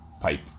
pipe